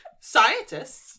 scientists